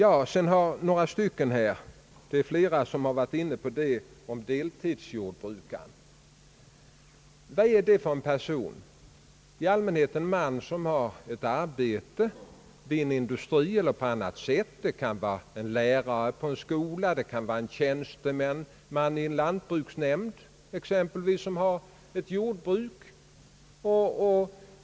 Flera talare har varit inne på frågan om deltidsjordbrukare. Vad är deltidsjordbrukaren för en person? Det är i allmänhet en man som har ett arbete vid en industri eller på annat håll, det kan vara en lärare på en skola, det kan vara en tjänsteman i exempelvis en lantbruksnämnd.